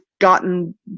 gotten